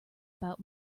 about